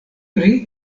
pri